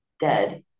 dead